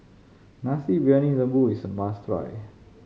Nasi Briyani Lembu is a must try